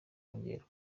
kongerwa